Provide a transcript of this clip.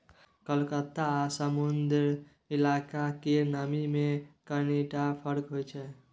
कलकत्ता आ समुद्री इलाका केर नमी मे कनिटा फर्क रहै छै